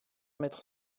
mètre